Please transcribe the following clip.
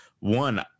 One